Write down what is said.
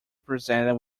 presented